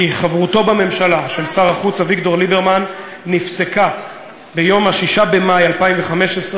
כי חברותו בממשלה של שר החוץ אביגדור ליברמן נפסקה ב-6 במאי 2015,